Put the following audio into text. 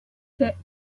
six